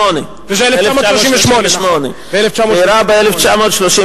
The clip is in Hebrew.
1938. נכון, 1938. זה אירע ב-1938.